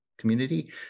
community